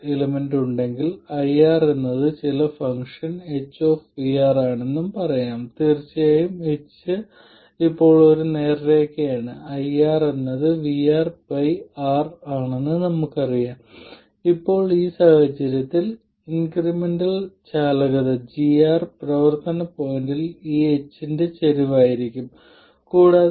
ഇത് V1 I1 V2 I2 ആണെങ്കിൽ ഇത് Δ V1 Δ I1 Δ V2 Δ I2 എന്നിവയായിരിക്കും ഏറ്റവും പ്രധാനപ്പെട്ട കാര്യം ആദ്യം തന്നെ ഇത് ചെറിയ ഇൻക്രിമെന്റുകൾക്ക് മാത്രമേ സാധുതയുള്ളൂ ഇത് പ്രസക്തമായ പ്രവർത്തന പോയിന്റിൽ വിലയിരുത്തപ്പെടുന്നു